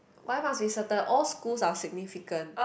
why must be certain all schools are significant